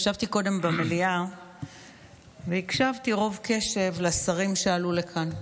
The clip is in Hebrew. ישבתי קודם במליאה והקשבתי ברוב קשב לשרים שעלו לכאן.